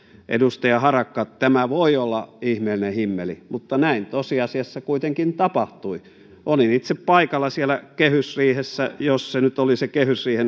edustaja harakka tämä voi olla ihmeellinen himmeli mutta näin tosiasiassa kuitenkin tapahtui olin itse paikalla siellä kehysriihessä jos se nyt oli kehysriihi